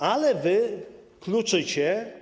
Ale wy kluczycie.